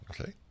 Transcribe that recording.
Okay